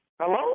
Hello